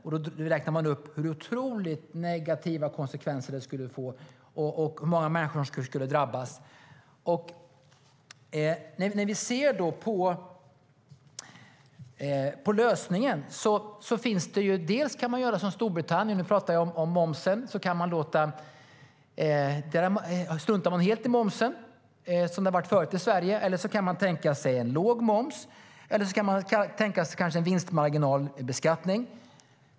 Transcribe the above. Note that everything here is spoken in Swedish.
Man räknade då upp vilka otroligt negativa konsekvenser det skulle få och hur många människor som skulle drabbas. Vad gäller lösningen på momsfrågan kan man göra som i Storbritannien och helt strunta i momsen. Så var det förut i Sverige. Man kan också tänka sig en låg moms eller en vinstmarginalbeskattning.